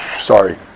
sorry